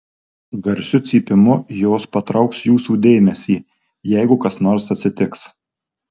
garsiu cypimu jos patrauks jūsų dėmesį jeigu kas nors atsitiks